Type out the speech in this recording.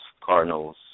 Cardinals